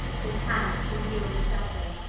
his hand to wield a scepter,